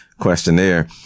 questionnaire